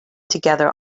together